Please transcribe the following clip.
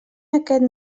aquest